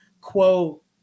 quote